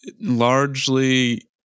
largely